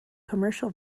commercial